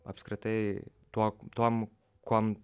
apskritai tuo tuom kuom